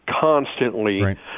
constantly